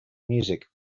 music